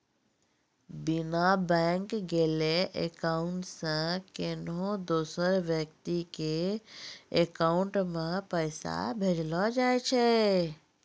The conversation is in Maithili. बिना बैंक गेलैं अकाउंट से कोन्हो दोसर व्यक्ति के अकाउंट मे पैसा भेजलो जाय छै